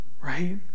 right